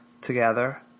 together